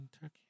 turkey